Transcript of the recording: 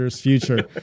future